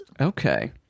Okay